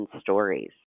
stories